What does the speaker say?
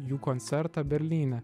jų koncertą berlyne